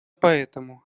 поэтому